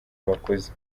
bakuze